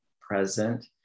present